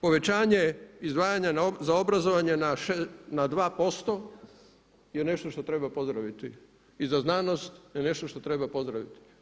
Povećanje izdvajanja za obrazovanje na 2% je nešto što treba pozdraviti i za znanost je nešto što treba pozdraviti.